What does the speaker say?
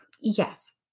Yes